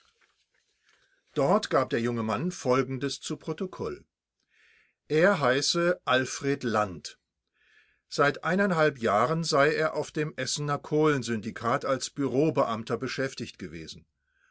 dort gab der junge mann folgendes zu protokoll er heiße alfred land seit jahren sei er auf dem essener kohlensyndikat als bureaubeamter beschäftigt gewesen